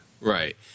Right